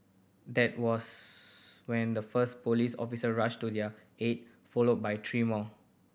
that was when the first police officer rushed to their aid followed by three more